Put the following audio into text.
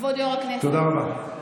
תודה רבה.